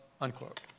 unquote